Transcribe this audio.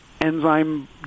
enzyme